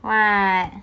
what